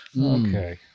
Okay